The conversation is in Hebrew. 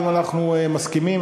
האם אנחנו מסכימים,